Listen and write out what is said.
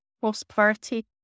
prosperity